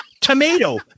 tomato